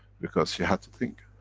because she had to think.